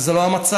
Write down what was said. אבל זה לא המצב.